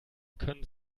können